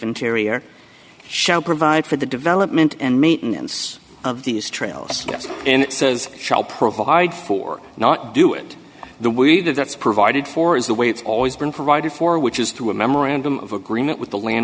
interior shall provide for the development and maintenance of these trails and it says shall provide for not do it the way we did that's provided for is the way it's always been provided for which is through a memorandum of agreement with the land